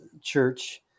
church